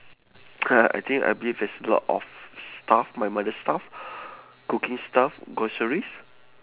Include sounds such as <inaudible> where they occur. <laughs> I think I believe there's a lot of stuff my mother's stuff cooking stuff groceries